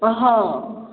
ଓଃ